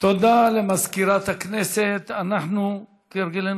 הצעת חוק עבודת נשים (תיקון, איסור פגיעה